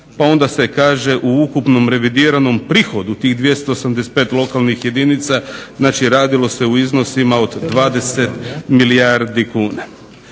pa onda se kaže u ukupnom revidiranom prihodu tih 285 lokalnih jedinica znači radilo se u iznosima od 20 milijardi kuna.